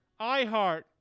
iHeart